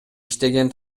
иштеген